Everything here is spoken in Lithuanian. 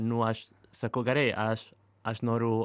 nu aš sakau gerai aš aš noriu